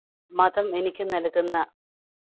മതം എനിക്ക് നൽകുന്ന